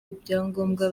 ibyangombwa